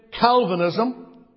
Calvinism